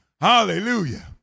hallelujah